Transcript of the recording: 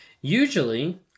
usually